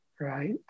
right